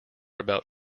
about